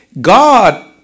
God